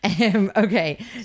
Okay